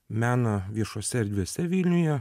meną viešose erdvėse vilniuje